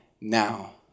now